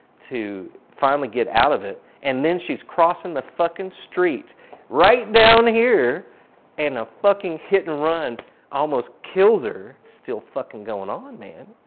to finally get out of it and then she's crossing the fucking street right down here and a fucking hit and run almost kills her. it's still fucking going on man,